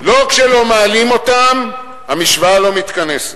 לא כשלא מעלים אותם, המשוואה לא מתכנסת.